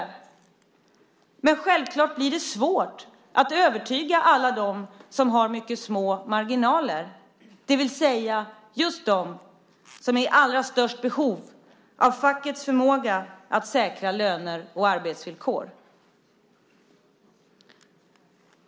Det blir självklart svårt att övertyga alla dem som har mycket små marginaler, det vill säga just dem som är i allra störst behov av fackets förmåga, att säkra löner och arbetsvillkor.